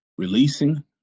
Releasing